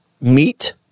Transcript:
Meat